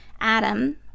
Adam